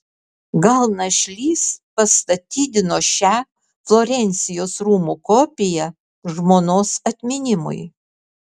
gal našlys pastatydino šią florencijos rūmų kopiją žmonos atminimui